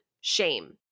shame